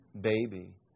baby